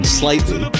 slightly